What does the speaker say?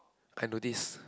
I notice